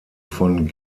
von